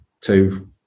two